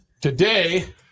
Today